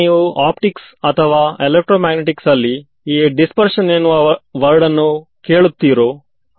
ಇದನ್ನು ಏನೆಂದರೆ brute force ಎಂದು ಕರೆಯುತ್ತಾರೆ